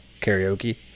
karaoke